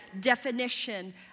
definition